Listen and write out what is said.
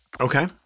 Okay